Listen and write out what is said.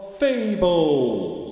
fables